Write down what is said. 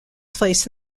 place